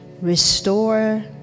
restore